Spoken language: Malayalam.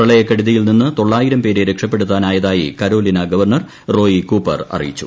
പ്രളയക്കെടുതിയിൽ നിന്ന് തൊള്ളായിരം പേരെ രക്ഷപ്പെടുത്താനായതായി കരോലിന ഗവർണർ റോയി കൂപ്പർ അറിയിച്ചു